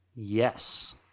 Yes